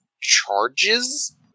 charges